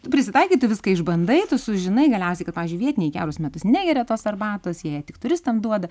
tu prisitaikai tu viską išbandai sužinai galiausiai kad pavyzdžiui vietiniai kiaurus metus negeria tos arbatos jie ją tik turistam duoda